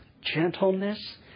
gentleness